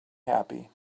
happy